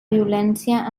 violència